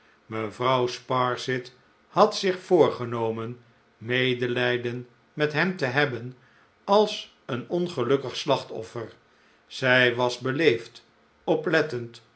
mevrouw sparsit had zich voorgenomen medelijden met hem te hebben als een ongelukkig slachtoffer zij wasbeleefd oplettend